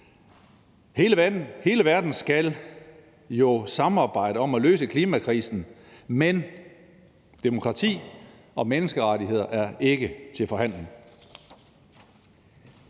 Hele verden skal jo samarbejde om at løse klimakrisen, men demokrati og menneskerettigheder er ikke til forhandling.